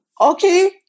okay